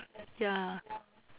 ya